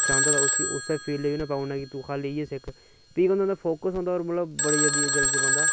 उसी उस्सै फील्ड च लांदे न कि जे उनैं गी फोकस होंदे न